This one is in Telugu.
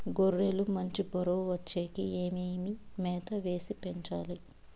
గొర్రె లు మంచి బరువు వచ్చేకి ఏమేమి మేత వేసి పెంచాలి?